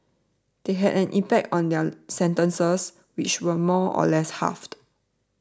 that had an impact on their sentences which were more or less halved